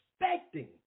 expecting